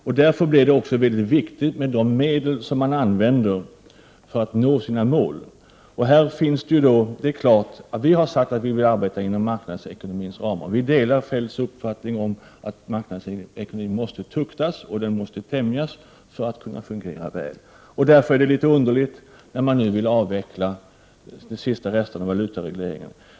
Därför blir det också mycket viktigt vilka medel man använder för att nå sina mål. Vi har sagt att vi vill arbeta inom marknadsekonomins ramar. Vi delar Kjell-Olof Feldts uppfattning att marknadsekonomin måste tuktas och tämjas för att kunna fungera väl. Därför är det litet underligt när man nu vill avveckla de sista resterna av valutaregleringen.